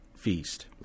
feast